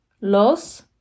los